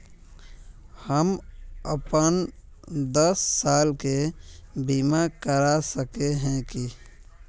हम अपन दस साल के बीमा करा सके है की?